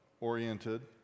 oriented